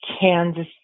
Kansas